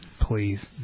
please